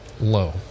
low